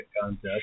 concept